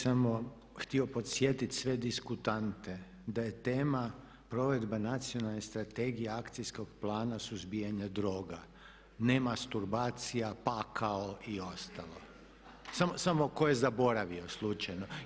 Ja bih samo htio podsjetiti sve diskutante da je tema Provedba Nacionalne strategije Akcijskog plana suzbijanja droga, ne mastrubacija, pakao i ostalo, samo tko je zaboravio, slučajno.